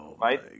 right